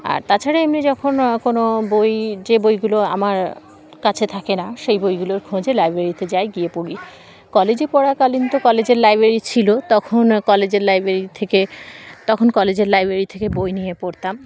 আর তাছাড়া এমনি যখন কোনো বই যে বইগুলো আমার কাছে থাকে না সেই বইগুলোর খোঁজে লাইব্রেরিতে যাই গিয়ে পড়ি কলেজে পড়াকালীন তো কলেজের লাইব্রেরি ছিল তখন কলেজের লাইব্রেরি থেকে তখন কলেজের লাইব্রেরি থেকে বই নিয়ে পড়তাম